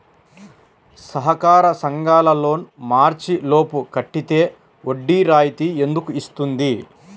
సహకార సంఘాల loan March లోపు కట్టితే వడ్డీ రాయితీ ఎందుకు ఇస్తుంది?